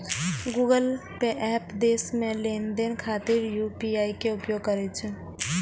Google Pay app देश मे लेनदेन खातिर यू.पी.आई के उपयोग करै छै